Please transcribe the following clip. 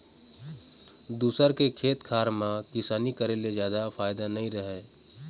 दूसर के खेत खार म किसानी करे ले जादा फायदा नइ रहय